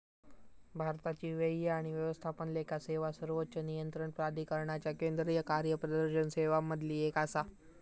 भारताची व्यय आणि व्यवस्थापन लेखा सेवा सर्वोच्च नियंत्रण प्राधिकरणाच्या केंद्रीय कार्यप्रदर्शन सेवांमधली एक आसा